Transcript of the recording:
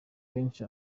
kenshi